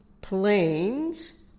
planes